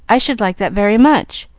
i should like that very much.